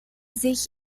sich